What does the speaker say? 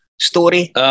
story